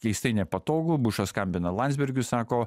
keistai nepatogu bušas skambina landsbergiui sako